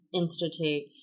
institute